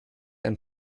ein